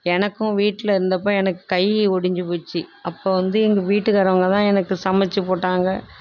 எனக்கும் வீட்டில் இருந்தப்போ எனக்கு கை உடிஞ்சி போச்சு அப்போ வந்து எங்கள் வீட்டுக்காரங்வங்கள்தான் எனக்கு சமைத்து போட்டாங்க